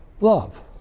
love